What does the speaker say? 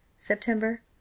September